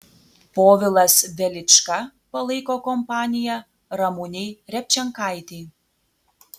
povilas velička palaiko kompaniją ramunei repčenkaitei